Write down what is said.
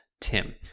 Tim